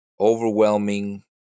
overwhelming